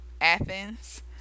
Athens